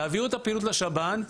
תעבירו את הפעילות לשב"ן,